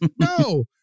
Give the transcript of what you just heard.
No